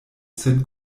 sen